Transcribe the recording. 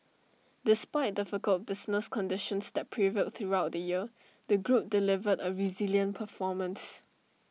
despite difficult business conditions that prevailed throughout the year the group delivered A resilient performance